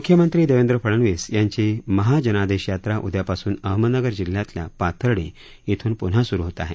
म्ख्यमंत्री देवेंद्र फडनवीस यांची महाजनादेश यात्रा उदयापासून अहमदनगर जिल्ह्यातल्या पाथर्डी येथून प्न्हा स्रू होत आहे